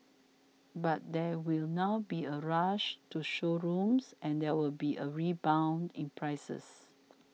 but there will now be a rush to showrooms and there will be a rebound in prices